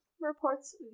reports